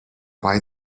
buy